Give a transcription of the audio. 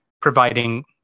providing